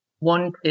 wanted